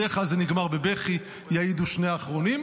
בדרך כלל זה נגמר בבכי, יעידו שני האחרונים,